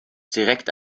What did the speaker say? direkt